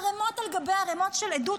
ערימות על גבי ערימות של עדויות,